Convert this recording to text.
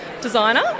designer